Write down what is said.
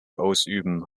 ausüben